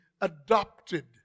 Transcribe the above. adopted